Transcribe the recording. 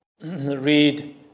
read